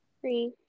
three